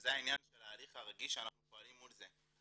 וזה העניין של ההליך הרגיש שאנחנו פועלים מול זה,